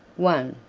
one.